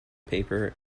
paper